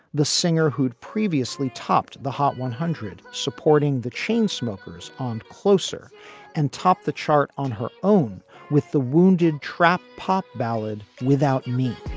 the singer who'd previously topped the hot one hundred, supporting the chain smokers on closer and top the chart on her own with the wounded trapped pop ballad without me